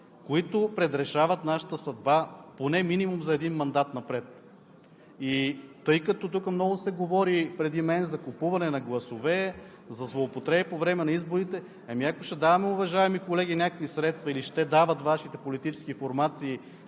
които предрешават нашата съдба поне минимум за един мандат напред? И тъй като тук много се говори преди мен за купуване на гласове, за злоупотреби по време на изборите, ами ето, ще даваме, уважаеми колеги, някакви средства или ще дават Вашите политически формации,